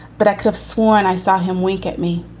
but i could've sworn i saw him wink at me